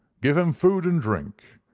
give him food and drink,